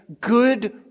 good